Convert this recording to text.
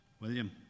William